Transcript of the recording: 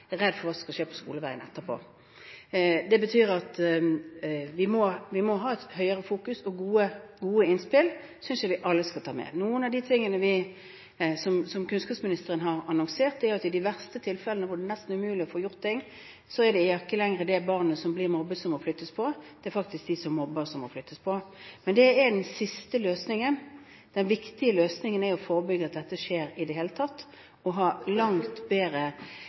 for hva som skal skje på skoleveien etterpå. Det betyr at vi må ha et sterkere fokus, og gode innspill synes jeg vi alle skal ta med. En av de tingene som kunnskapsministeren har annonsert, er at i de verste tilfellene hvor det er nesten umulig å få gjort ting, er det ikke lenger det barnet som blir mobbet, som må flyttes på, det er faktisk de som mobber, som må flyttes på. Men det er den siste løsningen. Den viktigste løsningen er å forebygge at dette skjer i det hele tatt, og ha langt bedre